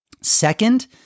Second